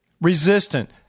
resistant